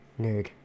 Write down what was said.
Nerd